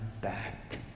back